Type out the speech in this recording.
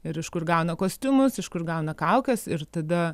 ir iš kur gauna kostiumus iš kur gauna kaukes ir tada